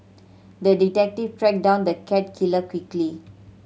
the detective tracked down the cat killer quickly